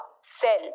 cell